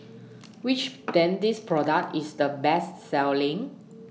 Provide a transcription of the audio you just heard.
Which Dentiste Product IS The Best Selling